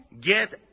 Get